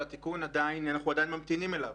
ואנחנו עדין ממתינים לתיקון.